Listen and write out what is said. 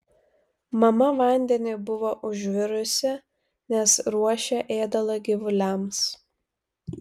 mama vandenį buvo užvirusi nes ruošė ėdalą gyvuliams